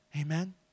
Amen